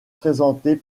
présentés